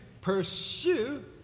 pursue